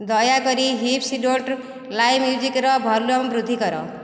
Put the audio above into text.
ଦୟାକରି hips don't lie ମ୍ୟୁଜିକର volume ବୃଦ୍ଧି କର